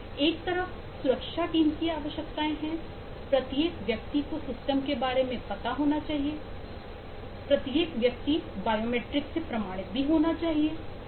एक तरफ सुरक्षा टीम की आवश्यकताएं हैं प्रत्येक व्यक्ति को सिस्टम के बारे में पता होना चाहिए प्रत्येक और प्रत्येक व्यक्ति बायोमेट्रिक से प्रमाणित होना चाहिए आदि